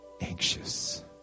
anxious